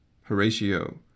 Horatio